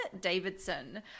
Davidson